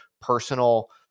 personal